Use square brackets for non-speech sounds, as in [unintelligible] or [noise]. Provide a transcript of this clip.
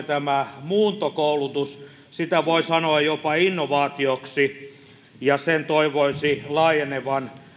[unintelligible] tämä muuntokoulutus sitä voi sanoa jopa innovaatioksi ja sen toivoisi laajenevan